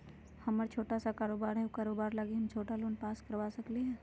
हमर छोटा सा कारोबार है उ कारोबार लागी हम छोटा लोन पास करवा सकली ह?